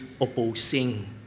opposing